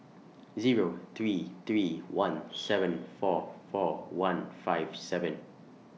Zero three three one seven four four one five seven